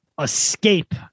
escape